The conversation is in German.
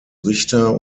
richter